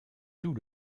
tout